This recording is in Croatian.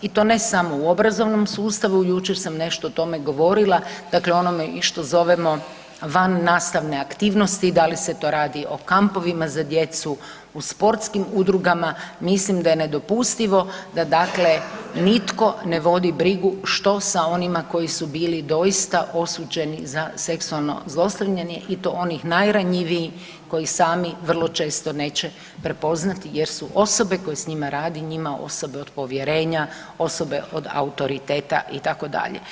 I to ne samo u obrazovnom sustavu, jučer sam nešto o tome govorila, dakle onome i što zovemo vannastavne aktivnosti da li se to radi o kampovima za djecu, u sportskim udrugama, mislim da je nedopustivo da dakle nitko ne vodi brigu što se onima koji su bili doista osuđeni za seksualno zlostavljanje i to onih najranjiviji koji sami vrlo često neće prepoznati jer su osobe koje s njima radi njima osobe od povjerenja, osobe od autoriteta itd.